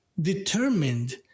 determined